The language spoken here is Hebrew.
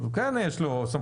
יש לו סמכות.